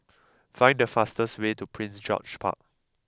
find the fastest way to Prince George's Park